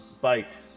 Bite